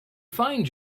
find